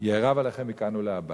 יערב עליכם מכאן ולהבא.